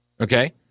Okay